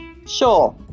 Sure